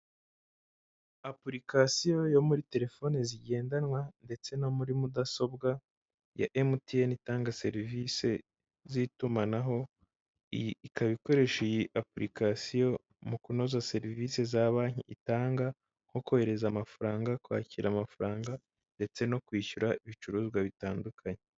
Apurikasiyo yo muri telefoni zigendanwa ndetse no muri mudasobwa ya emutiyene itanga serivisi z'itumanaho, iyi ikaba ikoresha iyi aplication mu kunoza serivisi za banki itanga. Nko kohereza amafaranga, kwakira amafaranga ndetse no kwishyura ibicuruzwa bitandukanye.